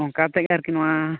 ᱚᱱᱠᱟ ᱛᱮᱜᱮ ᱟᱨᱠᱤ ᱱᱚᱣᱟ